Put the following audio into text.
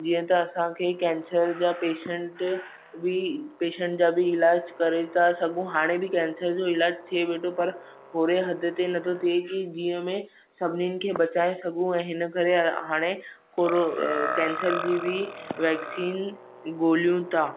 जीअं त असांखे कैन्सर जा पेशंट बि पेशंट जा बि इलाजु करे था सघू हाणे बि कैन्सर जो इलाजु थिए वेठो पर ओहड़े हद ते नथो थिए की जीअं में सभिनिनि खे बचाए सघूं ऐं हिन करे हाणे कोरो कैन्सर जी बि वैक्सीन ॻोल्हियूं था